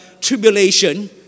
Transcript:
tribulation